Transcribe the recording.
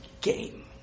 game